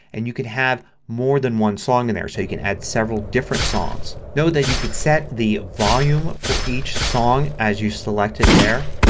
and you can have more than one song in there. so you can add several different songs. know that you can set the volume for each song as you select it there.